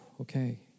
Okay